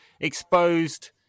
exposed